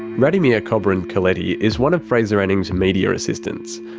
radomir kobryn-coletti is one of fraser anning's media assistants.